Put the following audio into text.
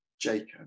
jacob